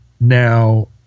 now